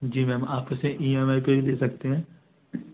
जी ma'am आप इसे E M I पे भी ले सकते हैं